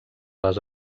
les